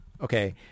okay